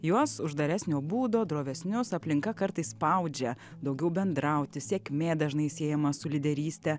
juos uždaresnio būdo drovesnius aplinka kartais spaudžia daugiau bendrauti sėkmė dažnai siejama su lyderyste